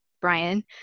Brian